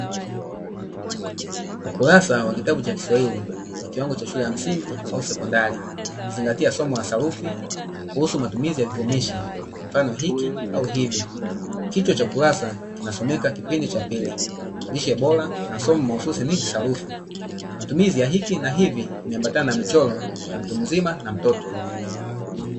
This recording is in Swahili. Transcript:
Ukurasa wa kitabu cha Kiswahili wa kiwango cha shule ya msingi au sekondari, ukizingatia somo la sarufi kuhusu matumizi ya vivumishi, mfano hiki au hivi. Kichwa cha kurasa kinasomeka: "Kipindi cha Pili: Lishe Bora", na somo mahususi ni sarufi; matumizi ya hiki na hivi yameambatana na michoro ya mtu mzima na mtoto.